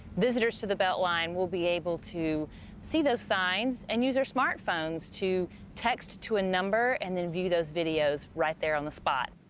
visitors to the beltline will be able to see those signs and use their smart phones to text to a number and then view those videos right there on the spot.